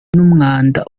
n’umwanda